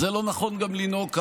וזה גם לא נכון לנהוג ככה.